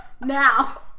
Now